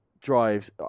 drives